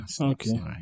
okay